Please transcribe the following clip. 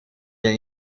der